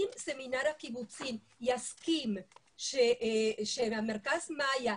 אם סמינר הקיבוצים יסכים שמרכז 'מאיה'